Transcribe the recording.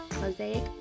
Mosaic